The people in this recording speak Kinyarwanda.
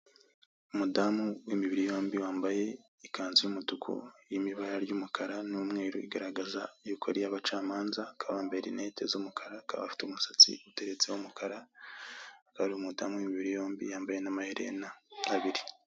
Umudamu w'imibiri yombi wambaye ikanzu y'umutuku irimo ibara ry'umukara n'umweru, igaragaza yuko ari iy'abacamanza akaba yambaye rinete z'umukara, akaba afite umusatsi uteretse w'umukara, akaba ari umudamu w'imibiri yombi yambaye n'amaherena abiri.